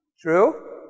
True